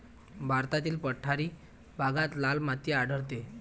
भारतातील पठारी भागात लाल माती आढळते